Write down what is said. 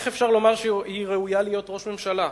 איך אפשר לומר שהיא ראויה להיות ראש ממשלה?